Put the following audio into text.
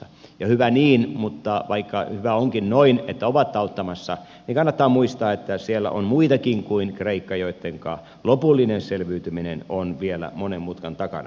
ja hyvä niin mutta vaikka hyvä onkin noin että ovat auttamassa niin kannattaa muistaa että siellä on muitakin kuin kreikka joittenka lopullinen selviytyminen on vielä monen mutkan takana